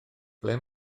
ble